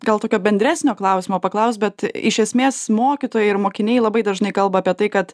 gal tokio bendresnio klausimo paklaust bet iš esmės mokytojai ir mokiniai labai dažnai kalba apie tai kad